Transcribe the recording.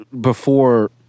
before-